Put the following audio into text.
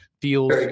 Feels